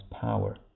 power